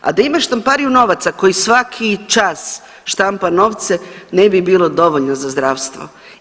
A da ima štampariju novaca koji svaki čas štampa novce ne bi bilo dovoljno za zdravstvo.